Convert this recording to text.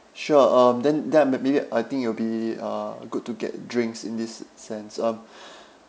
sure um then then I ma~ maybe I think it'll be uh good to get drinks in this sense um